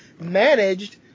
managed